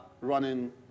running